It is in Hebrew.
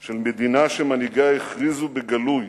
של מדינה שמנהיגיה הכריזו בגלוי